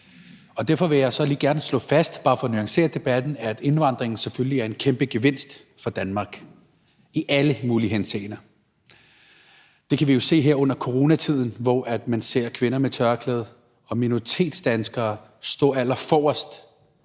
er. Derfor vil jeg bare for at nuancere debatten gerne lige slå fast, at indvandringen selvfølgelig er en kæmpe gevinst for Danmark i alle mulige henseender. Det kan vi jo se her i coronatiden, hvor man ser kvinder med tørklæde og andre minoritetsdanskere stå allerforrest,